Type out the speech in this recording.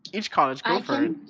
each college go for